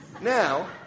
Now